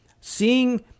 seeing